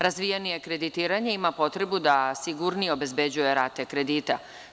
Razvijanje kreditiranja ima potrebu da sigurnije obezbeđuje rate kredita.